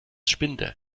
spinde